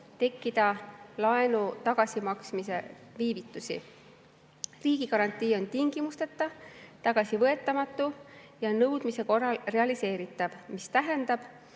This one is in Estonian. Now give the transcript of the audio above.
tekkida laenu tagasimaksmisel viivitusi. Riigigarantii on tingimusteta, tagasivõetamatu ja nõudmise korral realiseeritav, mis tähendab,